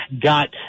got